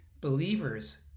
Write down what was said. believers